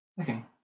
Okay